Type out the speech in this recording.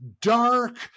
dark